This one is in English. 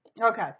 Okay